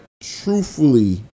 truthfully